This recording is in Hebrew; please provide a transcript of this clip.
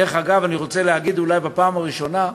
דרך אגב, אני רוצה להגיד, אולי בפעם הראשונה,